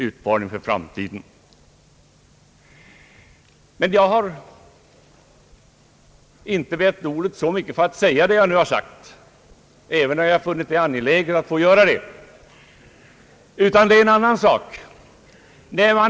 Jag har funnit det angeläget att få framföra det jag nu sagt, men jag begärde ordet främst för att få ta upp en annan sak, som jag nu skall beröra.